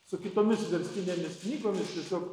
su kitomis verstinėmis knygomis tiesiog